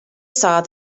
saw